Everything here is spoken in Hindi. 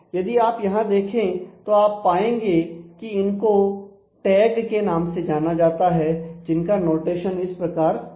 यदि आप यहां देखें तो आप पाएंगे कि इनको टैग के नाम से जाना जाता है जिनका नोटेशन इस प्रकार होता है